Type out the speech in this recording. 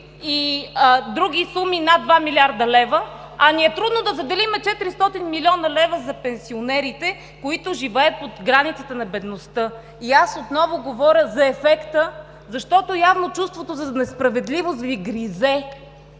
и други суми над 2 млрд. лв., а ни е трудно да заделим 400 млн. лв. за пенсионерите, които живеят под границата на бедността? Аз отново говоря за ефекта, защото явно чувството за несправедливост Ви гризе